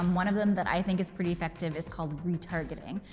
um one of them that i think is pretty effective is called retargeting.